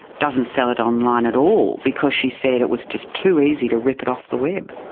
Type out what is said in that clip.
doesn't sell it online at all because she said it was just too easy to rip it off the web.